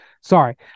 Sorry